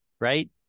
right